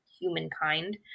humankind